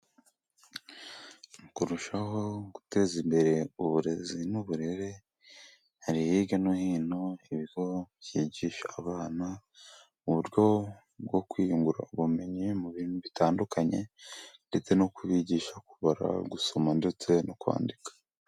Mu kurushaho guteza imbere uburezi n'uburere, hari hirya no hino ibigo byigisha abana, uburyo bwo kwiyungura ubumenyi mu bintu bitandukanye, ndetse no kubigisha kubara, gusoma, ndetse no kwandika.